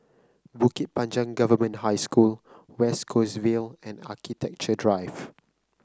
Bukit Panjang Government High School West Coast Vale and Architecture Drive